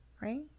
right